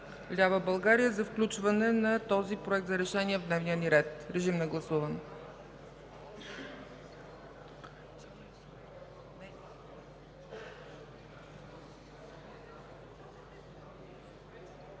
лява България за включване на този проект за решение в дневния ни ред. Гласували